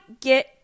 get